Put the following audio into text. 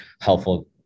helpful